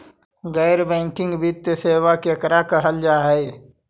गैर बैंकिंग वित्तीय सेबा केकरा कहल जा है?